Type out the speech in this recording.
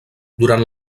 durant